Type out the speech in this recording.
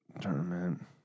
Tournament